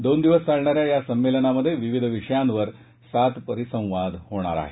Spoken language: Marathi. दोन दिवस चालणाऱ्या या संमेलनात विविध विषयावर सात परिसंवाद होणार आहेत